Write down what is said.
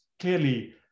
Clearly